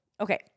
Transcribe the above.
Okay